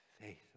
Faith